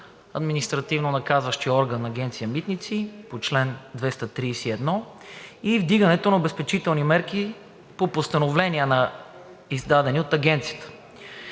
административно наказващия орган – Агенция „Митници“, по чл. 231, и вдигането на обезпечителни мерки по постановления, издадени от Агенцията?